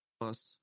plus